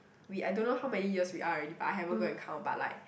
we I don't know how many years we are already but I haven't go and count but like